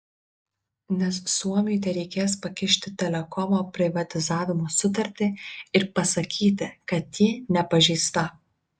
nes suomiui tereikės pakišti telekomo privatizavimo sutartį ir pasakyti kad ji nepažeista